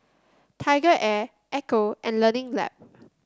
TigerAir Ecco and Learning Lab